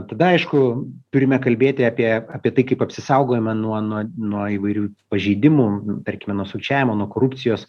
tada aišku turime kalbėti apie apie tai kaip apsisaugojimą nuo nuo nuo įvairių pažeidimų tarkime nuo sukčiavimo nuo korupcijos